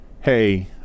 hey